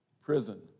prison